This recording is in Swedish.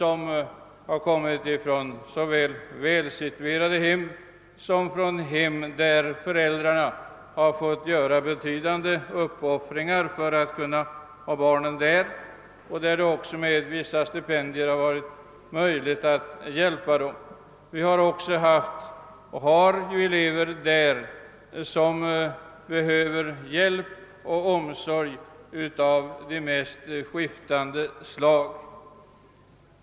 Det har varit elever från både välsituerade hem och hem där föräldrarna måst göra betydande uppoffringar för att kunna hålla sina barn vid skolan. Tack vare vissa stipendier har man i viss utsträckning kunnat bistå dem som behövt hjälp. Man har också haft, och har fortfarande, elever som behöver hjälp och omsorger av det mest skiftande slag.